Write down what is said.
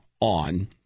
on